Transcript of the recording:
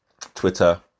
Twitter